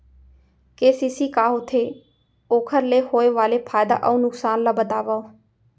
KCC का होथे, ओखर ले होय वाले फायदा अऊ नुकसान ला बतावव?